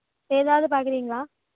வேறே எதாவது பார்க்குறீங்களா